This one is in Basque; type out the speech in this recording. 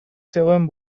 zegoen